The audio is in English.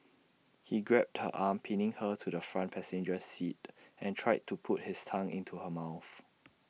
he grabbed her arms pinning her to the front passenger seat and tried to put his tongue into her mouth